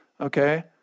Okay